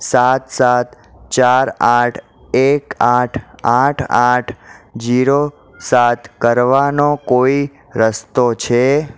સાત સાત ચાર આઠ એક આઠ આઠ આઠ જીરો સાત કરવાનો કોઈ રસ્તો છે